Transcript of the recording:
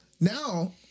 now